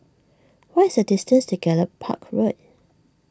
what is the distance to Gallop Park Road